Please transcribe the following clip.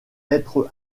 être